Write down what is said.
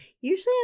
Usually